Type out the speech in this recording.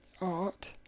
art